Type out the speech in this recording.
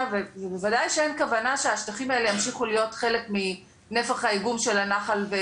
ובוודאי שאין כוונה שהשטחים האלה ימשיכו להיות חלק מנפח האיגום של הנחל.